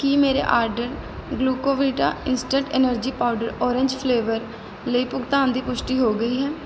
ਕੀ ਮੇਰੇ order Glucovita instant energy powder orange flavour ਲਈ ਭੁਗਤਾਨ ਦੀ ਪੁਸ਼ਟੀ ਹੋ ਗਈ ਹੈ